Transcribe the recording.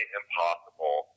impossible